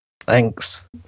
Thanks